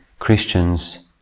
Christians